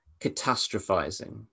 catastrophizing